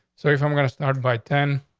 so if i'm going to start by ten